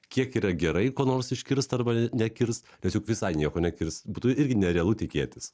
kiek yra gerai ko nors iškirst arba nekirst nes juk visai nieko nekirst būtų irgi nerealu tikėtis